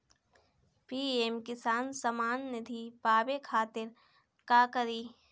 PM Kisan Samman Nidhi पावे खातिर का करी?